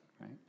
Right